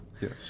Yes